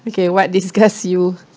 okay what disgust you